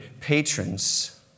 patrons